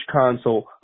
console